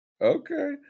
Okay